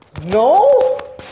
No